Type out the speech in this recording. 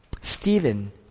Stephen